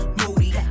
moody